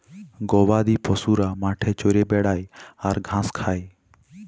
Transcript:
গবাদি পশুরা মাঠে চরে বেড়ায় আর ঘাঁস খায়